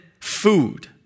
food